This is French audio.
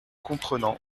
comprenant